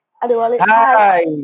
hi